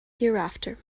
hereafter